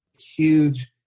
huge